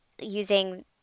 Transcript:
using